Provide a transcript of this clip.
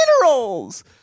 Minerals